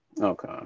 Okay